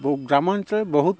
ବହୁ ଗ୍ରାମାଞ୍ଚଳରେ ବହୁତ